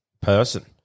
person